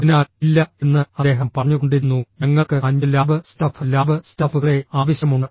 അതിനാൽ ഇല്ല എന്ന് അദ്ദേഹം പറഞ്ഞുകൊണ്ടിരുന്നു ഞങ്ങൾക്ക് അഞ്ച് ലാബ് സ്റ്റാഫ് ലാബ് സ്റ്റാഫുകളെ ആവശ്യമുണ്ട്